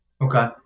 okay